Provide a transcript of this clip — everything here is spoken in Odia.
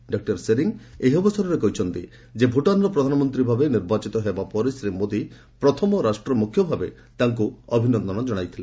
ଡକ୍ର ଶେରିଂ ଏହି ଅବସରରେ କହିଛନ୍ତି ଯେ ଭୁଟାନର ପ୍ରଧାନମନ୍ତ୍ରୀ ରୂପେ ନିର୍ବାଚିତ ହେବା ପରେ ଶ୍ରୀ ମୋଦି ପ୍ରଥମ ରାଷ୍ଟ୍ର ମୁଖ୍ୟ ଭାବେ ତାଙ୍କୁ ଅଭିନନ୍ଦନ ଜଣାଇଥିଲେ